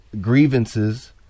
grievances